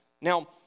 Now